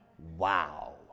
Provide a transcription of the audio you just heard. wow